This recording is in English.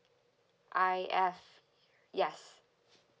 I F yes